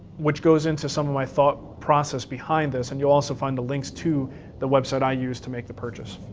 which goes into some of my thought process behind this and you'll also find the links to the website i used to make the purchase.